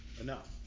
enough